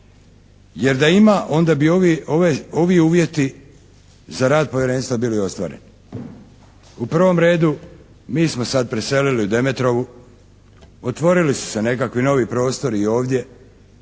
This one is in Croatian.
Jer da ima onda bi ovi uvjeti za rad Povjerenstva bili ostvareni. U prvom redu mi smo sad preselili u Demetrovu. Otvorili su se nekakvi novi prostori i ovdje.